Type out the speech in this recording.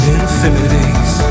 infinities